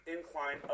incline